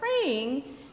praying